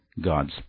God's